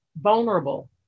Vulnerable